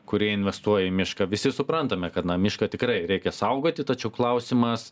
kurie investuoja į mišką visi suprantame kad na mišką tikrai reikia saugoti tačiau klausimas